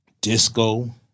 disco